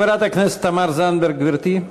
חברת הכנסת תמר זנדברג, גברתי.